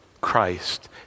Christ